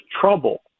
trouble